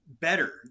better